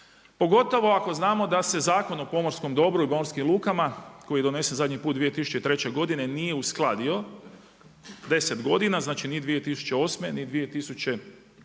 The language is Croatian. pogotovo ako znamo da se Zakon o pomorskom dobru i pomorskim lukama, koji je donesen zadnji put 2003. godine nije uskladio 10 godina, znači ni 2008. ni 2012.